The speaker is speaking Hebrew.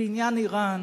בעניין אירן,